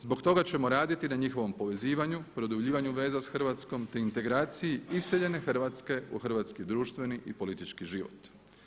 Zbog toga ćemo raditi na njihovom povezivanju, produbljivanju veza s Hrvatskom, te integraciji iseljene Hrvatske u hrvatski društveni i politički život.